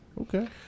Okay